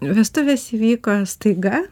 vestuvės įvyko staiga